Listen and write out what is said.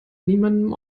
niemandem